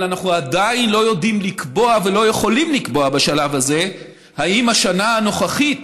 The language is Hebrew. אבל אנחנו לא יודעים לקבוע ולא יכולים לקבוע בשלב הזה אם השנה הנוכחית